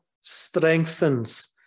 strengthens